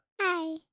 Hi